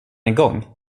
igång